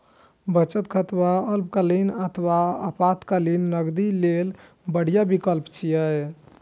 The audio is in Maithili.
बचत खाता अल्पकालीन अथवा आपातकालीन नकदी लेल बढ़िया विकल्प छियै